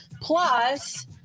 plus